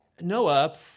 Noah